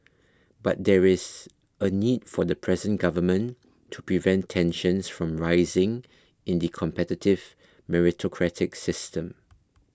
but there is a need for the present government to prevent tensions from rising in the competitive meritocratic system